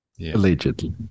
Allegedly